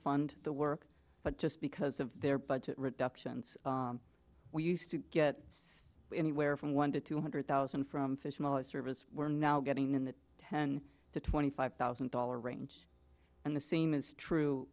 fund the work but just because of their budget reductions we used to get anywhere from one to two hundred thousand from fish and always service we're now getting in the ten to twenty five thousand dollars range and the same is true